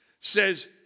says